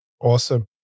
Awesome